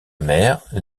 mère